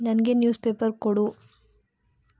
ನನಗೆ news paper ಕೊಡು